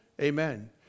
Amen